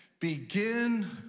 Begin